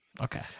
Okay